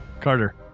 Carter